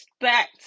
expect